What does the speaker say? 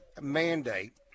mandate